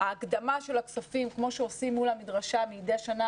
ההקדמה של הכספים כמו שעושים מול המדרשה מידי שנה,